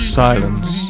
silence